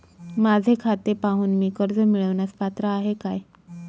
माझे खाते पाहून मी कर्ज मिळवण्यास पात्र आहे काय?